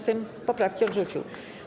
Sejm poprawki odrzucił.